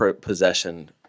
possession